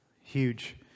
Huge